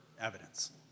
evidence